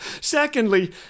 Secondly